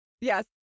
Yes